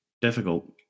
difficult